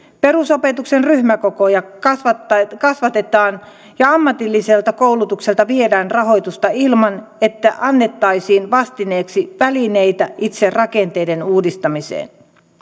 perusopetuksen ryhmäkokoja kasvatetaan ja ammatilliselta koulutukselta viedään rahoitusta ilman että annettaisiin vastineeksi välineitä itse rakenteiden uudistamiseen